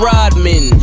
Rodman